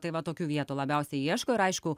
tai va tokių vietų labiausiai ieško ir aišku